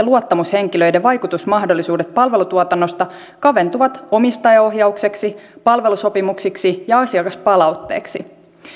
luottamushenkilöiden vaikutusmahdollisuudet palvelutuotannosta kaventuvat omistajaohjaukseksi palvelusopimuksiksi ja asiakaspalautteeksi